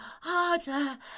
Harder